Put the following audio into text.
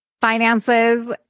finances